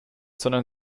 sondern